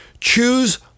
Choose